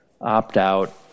opt-out